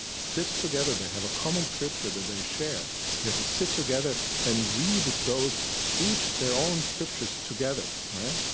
sit together they have a common scripture that they share they have to sit together and read those each their own scriptures together, all right?